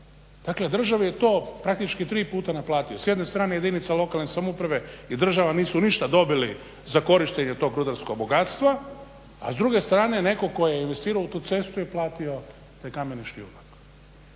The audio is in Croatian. Dakle, državi je to praktički tri puta naplatio. S jedne strane jedinica lokalne samouprave i država nisu ništa dobili za korištenje tog rudarskog bogatstva, a s druge strane netko tko je investirao u tu cestu je platio taj kameni šljunak.